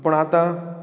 पूण आतां